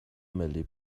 ملی